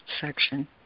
section